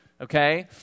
okay